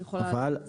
הוא יכול לבצע.